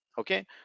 Okay